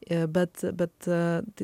ir bet bet